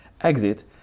exit